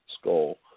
skull